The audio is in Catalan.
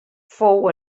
fou